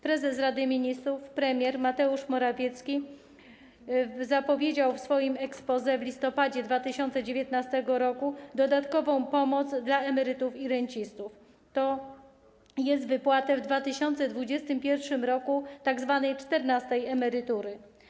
Prezes Rady Ministrów, premier Mateusz Morawiecki zapowiedział w swoim exposé w listopadzie 2019 r. dodatkową pomoc dla emerytów i rencistów, tj. wypłatę w 2021 r. tzw. czternastej emerytury.